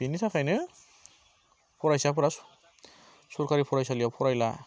बेनि थाखायनो फरायसाफोरा सरकारि फरायसालियाव फरायला